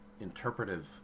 interpretive